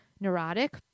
neurotic